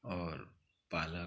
और पालक